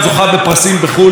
אבל את שרת התרבות,